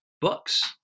books